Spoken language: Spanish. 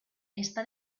está